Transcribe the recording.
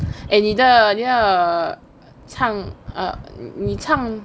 eh 你的你的唱你唱